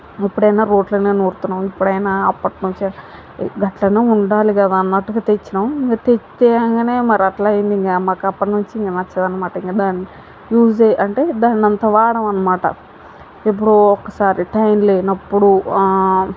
ఇప్పుడైనా రోట్లోనే నూరుతున్నాము ఇప్పుడైనా అప్పటి నుంచి గట్లనే ఉండాలి కదా అన్నట్టుగా తెచ్చినాము ఇంకా తె తేవంగానే మరి అట్లా అయ్యింది ఇంక మాకు అప్పటి నుంచి ఇంకా నచ్చదన్నమాట ఇంకా దాన్ని యూజ్ చే అంటే దాన్ని అంత వాడము అన్నమాట ఎప్పుడో ఒక్కసారి టైం లేనప్పుడు